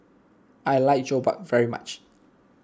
I like Jokbal very much